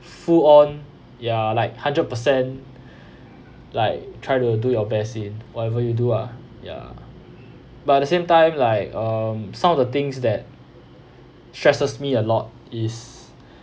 full on ya like hundred percent like try to do your best in whatever you do ah ya but at the same time like um some of the things that stresses me a lot is